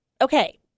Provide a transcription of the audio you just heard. Okay